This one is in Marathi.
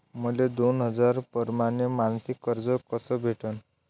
मले दोन हजार परमाने मासिक कर्ज कस भेटन?